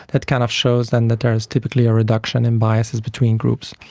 that kind of shows then that there is typically a reduction in biases between groups.